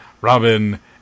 Robin